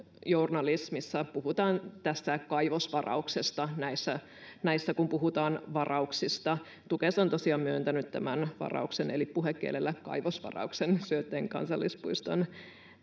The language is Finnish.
journalismissa puhutaan kaivosvarauksesta kun puhutaan varauksista tukes on tosiaan myöntänyt tämän varauksen eli puhekielellä kaivosvarauksen syötteen kansallispuiston